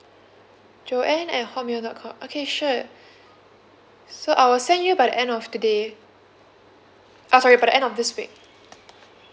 joanne at hotmail dot com okay sure so I will send you by the end of today uh sorry by the end of this week